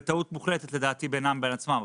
לדעתי בטעות מוחלטת בינם לבין עצמם.